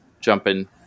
jumping